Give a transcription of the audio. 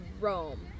Rome